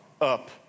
up